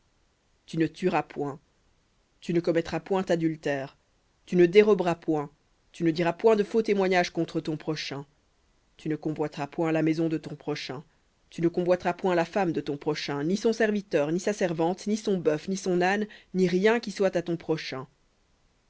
tu ne tueras point tu ne commettras point adultère tu ne déroberas point tu ne diras point de faux témoignage contre ton prochain tu ne convoiteras point la maison de ton prochain tu ne convoiteras point la femme de ton prochain ni son serviteur ni sa servante ni son bœuf ni son âne ni rien qui soit à ton prochain